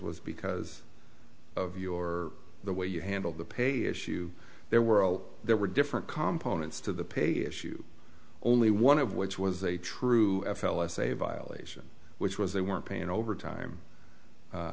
was because of your the way you handled the pay issue there were all there were different compounds to the pay issue only one of which was a true f l s a violation which was they weren't paying overtime